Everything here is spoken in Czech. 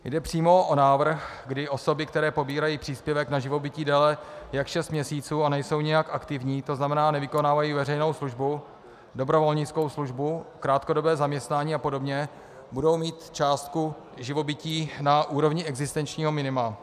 Jde přímo o návrh, kdy osoby, které pobírají příspěvek na živobytí déle jak šest měsíců a nejsou nijak aktivní, to znamená nevykonávají veřejnou službu, dobrovolnickou službu, krátkodobé zaměstnání a podobně, budou mít částku živobytí na úrovni existenčního minima.